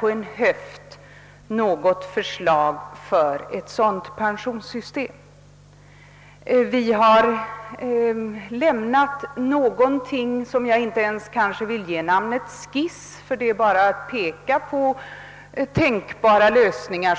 på en höft skissera något förslag till ett sådant pensionssystem. Vi har i motionen framlagt ett utkast som jag knappast ens vill ge namnet skiss, eftersom det bara pekar på tänkbara lösningar.